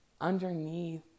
Underneath